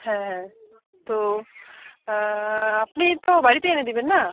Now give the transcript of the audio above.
হ্যাঁ হ্যাঁ তো আপনি তো বাড়িতেই এনে দেবেন না